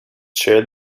share